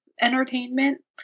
entertainment